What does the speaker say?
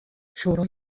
شورای